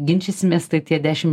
ginčysimės tai tie dešim